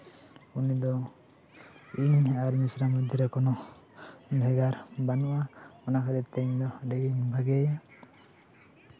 ᱩᱱᱤ ᱤᱧ ᱟᱨ ᱢᱤᱥᱨᱟᱧ ᱢᱚᱫᱽᱫᱷᱮᱨᱮ ᱠᱳᱱᱳ ᱵᱷᱮᱜᱟᱨ ᱵᱟᱱᱩᱜᱼᱟ ᱚᱱᱟ ᱠᱷᱟᱹᱛᱤᱨ ᱛᱮ ᱤᱧ ᱫᱚ ᱟᱹᱰᱤ ᱜᱤᱧ ᱵᱷᱟᱜᱮ ᱟᱭᱟ